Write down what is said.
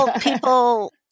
people